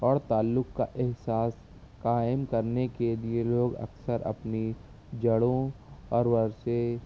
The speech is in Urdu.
اور تعلق کا احساس قائم کرنے کے لیے لوگ اکثر اپنی جڑوں اور ویسے